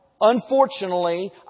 unfortunately